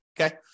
okay